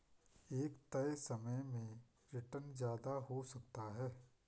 एक तय समय में रीटर्न ज्यादा हो सकता है